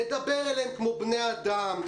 לדבר אליהם כמו בני אדם,